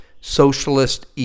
socialist